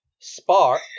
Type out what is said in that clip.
Spark